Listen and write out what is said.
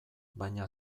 baina